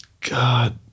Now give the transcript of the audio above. God